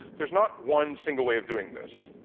there's not one single way of doing this,